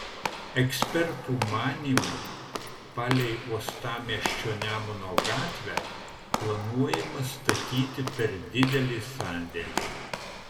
ekspertų manymu palei uostamiesčio nemuno gatvę planuojama statyti per didelį sandėlį